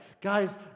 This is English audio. Guys